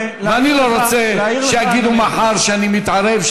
ואני לא רוצה שיגידו מחר שאני מתערב,